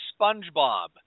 SpongeBob